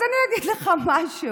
אז אני אגיד לך משהו,